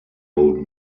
old